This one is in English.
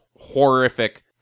horrific